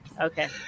Okay